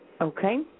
Okay